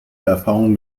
erfahrung